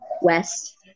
West